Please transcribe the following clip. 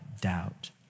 doubt